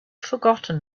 forgotten